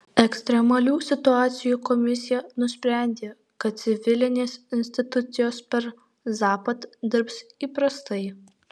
ekstremalių situacijų komisija nusprendė kad civilinės institucijos per zapad dirbs įprastai